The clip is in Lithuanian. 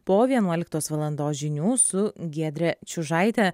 po vienuoliktos valandos žinių su giedre čiužaite